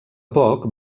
poc